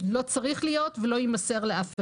לא צריך להיות ולא יימסר לאף אחד.